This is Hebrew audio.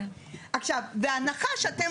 עכשיו בהנחה שיהיה